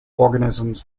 organisms